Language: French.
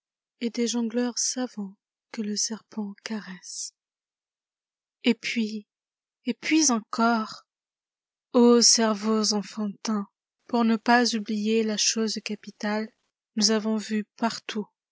des jongleurs savants que le serpent caresse h et puis et puis encore vi cerveaux enfantins i pour ne pas oublier la chose capitale nous avons vu partout